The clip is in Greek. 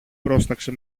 πρόσταξε